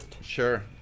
Sure